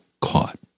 caught